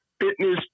fitness